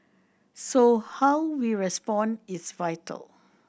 so how we respond is vital